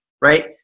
right